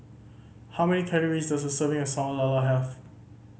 how many calories does a serving of Sambal Lala have